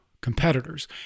competitors